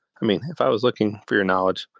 i mean, if i was looking for your knowledge,